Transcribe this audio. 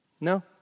No